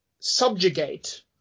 subjugate